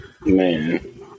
Man